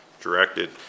Directed